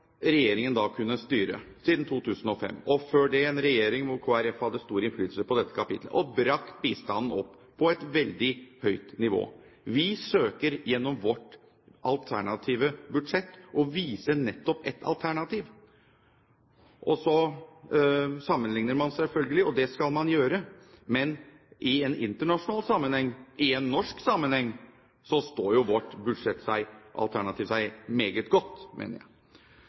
styre siden 2005 – og før det en regjering hvor Kristelig Folkeparti hadde stor innflytelse på dette kapitlet – og brakt bistanden opp på et veldig høyt nivå. Vi søker, gjennom vårt alternative budsjett, å vise nettopp et alternativ. Så sammenligner man selvfølgelig, og det skal man gjøre, men i internasjonal sammenheng og i norsk sammenheng står vårt alternative budsjett seg meget godt, mener jeg.